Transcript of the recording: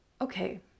okay